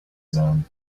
zone